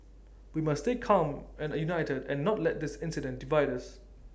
we must stay calm and united and not let this incident divide us